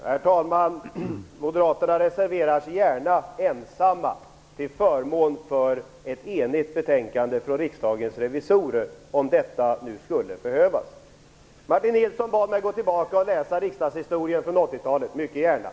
Herr talman! Moderaterna reserverar sig gärna ensamma till förmån för ett enhälligt förslag från Riksdagens revisorer, om detta nu skulle behövas. Martin Nilsson bad mig gå tillbaka och läsa riksdagshistoria från 1980-talet. Det gör jag mycket gärna.